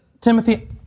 Timothy